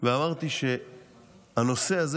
ואמרתי שהנושא הזה,